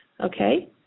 Okay